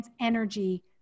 energy